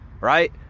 Right